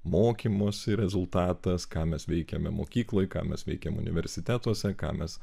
mokymosi rezultatas ką mes veikiame mokykloj ką mes veikiame universitetuose ką mes